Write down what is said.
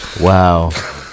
Wow